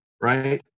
right